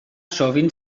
sovint